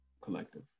collective